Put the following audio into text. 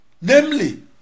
namely